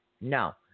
No